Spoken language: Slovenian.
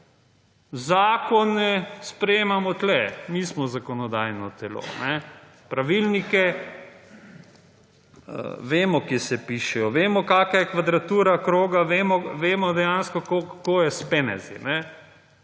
Zakone sprejemamo tukaj nismo zakonodajno telo. Pravilnike vemo kje se pišejo, vemo kakšna je kvadratura kroga, vemo dejansko kako je s penezi,